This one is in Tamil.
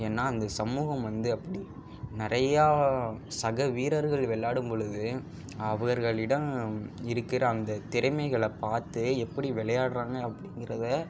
ஏன்னா அந்த சமூகம் வந்து அப்படி நிறையா சக வீரர்கள் விளையாடும் பொழுது அவர்களிடம் இருக்கிற அந்த திறமைகளை பார்த்து எப்படி விளையாடுறாங்க அப்படிங்கிறத